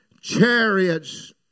chariots